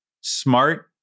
smart